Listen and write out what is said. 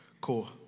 Cool